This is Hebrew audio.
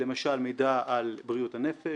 למשל מידע על בריאות הנפש,